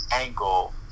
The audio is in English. angle